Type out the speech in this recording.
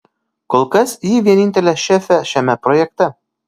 kol kas ji vienintelė šefė šiame projekte